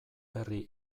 berri